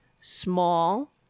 small